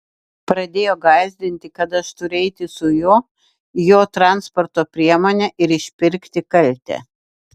pradėjo gąsdinti kad turiu eiti su juo į jo transporto priemonę ir išpirkti kaltę